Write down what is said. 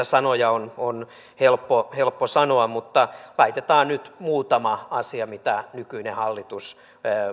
sanoja on on helppo helppo sanoa mutta laitetaan nyt muutama asia mitä nykyinen hallitus